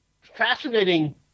fascinating